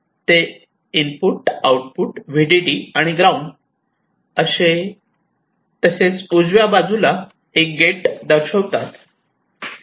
ते input out VDD आणि ground तसेच उजव्या बाजूला एक गेट दर्शवितात